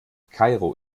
kairo